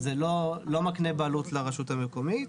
זה לא מקנה בעלות לרשות המקומית.